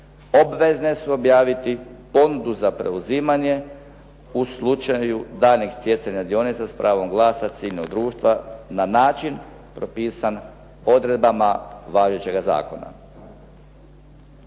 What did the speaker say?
obvezne su objaviti ponudu za preuzimanje u slučaju daljnjih stjecanja dionica s pravom glasa ciljnog društva na način propisan odredbama važećega zakona.